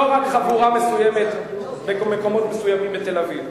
לא רק חבורה מסוימת במקומות מסוימים בתל-אביב.